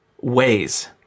ways